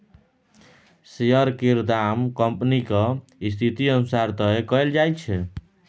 share केर दाम कंपनीक स्थिति अनुसार तय कएल जाइत छै